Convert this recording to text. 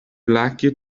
lucky